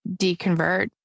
deconvert